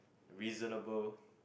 reasonable